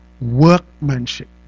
Workmanship